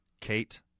Kate